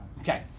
Okay